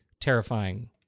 terrifying